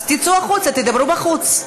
אז תצאו החוצה, תדברו בחוץ.